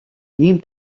ийм